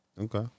Okay